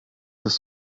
das